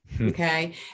Okay